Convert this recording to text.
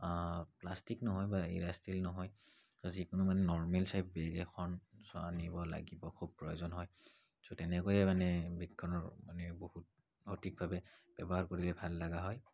plastic নহয় বা নহয় যিকোনো মানে নৰ্মেল টাইপ বেগ এখন আনিব লাগিব খুব প্ৰয়োজন হয় চ' তেনেকৈয়ে মানে বেগখনৰ মানে বহুত সঠিকভাৱে ব্যৱহাৰ কৰিলে ভাল লগা হয়